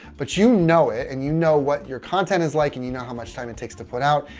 but you know it and you know what your content is like and you know, how much time it takes to put out.